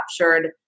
captured